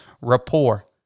Rapport